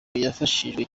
yafashijwe